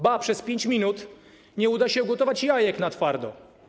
Ba, przez 5 minut nie uda się ugotować jajek na twardo.